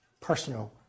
personal